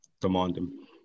demanding